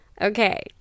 Okay